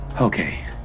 Okay